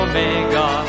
Omega